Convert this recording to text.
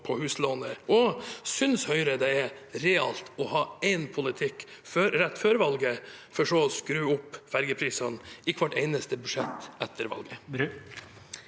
på huslån? Og synes Høyre det er realt å ha én politikk rett før valget og så skru opp ferjeprisene i hvert eneste budsjett etter valget?